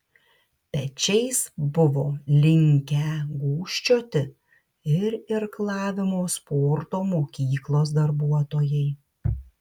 pečiais buvo linkę gūžčioti ir irklavimo sporto mokyklos darbuotojai